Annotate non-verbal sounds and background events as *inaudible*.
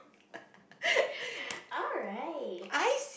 *breath* alright